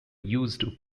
used